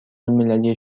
المللی